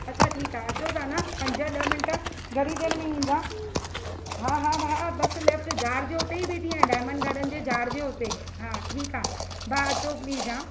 अच्छा ठीकु आहे अचो था न पंज ॾह मिंट घणी देरि में ईंदा हा हा भाउ बसि लेफ़्ट झाड जे उते ई बीठी आहियां डायमंड गार्डन जे झाड जे उते हा ठीकु आहे भाउ अचो प्लीज़ हा